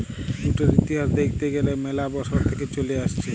জুটের ইতিহাস দ্যাখতে গ্যালে ম্যালা বসর থেক্যে চলে আসছে